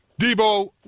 Debo